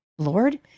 Lord